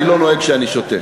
אני לא נוהג כשאני שותה.